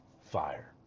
fire